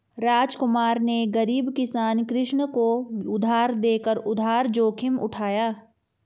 रामकुमार ने गरीब किसान कृष्ण को उधार देकर उधार जोखिम उठाया